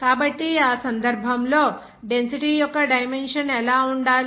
కాబట్టి ఆ సందర్భంలో డెన్సిటీ యొక్క డైమెన్షన్ ఎలా ఉండాలి